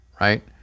right